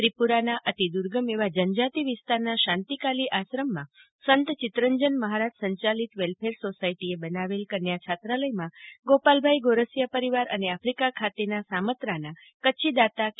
ત્રિપુરાનાં અતિ દુર્ગમ એવા જનજાતિ વિસ્તારનાં શાંતિકાલી આશ્રમનાં સંત ચિતરંજન મહારાજ સંચાલિત વેલફેરસોસાયટીએ બનાવેલ કન્યા છાત્રાલયમાં ગોપાલભાઈ ગોરસિયા પરિવાર અને આફિકા ખાતેના સામત્રાના કરછી દાતા કે